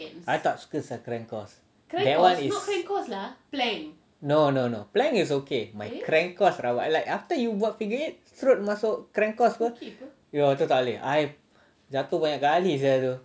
I tak suka [sial] crank course that [one] is no no no plank is okay my crank course rabak like after you buat figure eight terus masuk crank course apa yang itu tak boleh I jatuh banyak kali [sial] tu